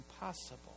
Impossible